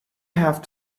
have